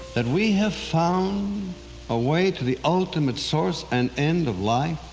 that we have found a way to the ultimate source and end of life